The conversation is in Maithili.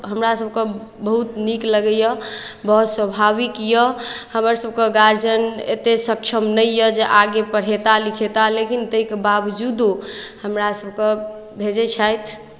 हमरा सभकेँ बहुत नीक लगैए बहुत स्वाभाविक यए हमरसभके गार्जियन एतेक सक्षम नहि यए जे आगे पढ़यता लिखयता लेकिन ताहिके बावजूदो हमरा सभकेँ भेजै छथि